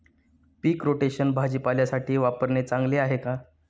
पीक rotation भाजीपाल्यासाठी वापरणे चांगले आहे का?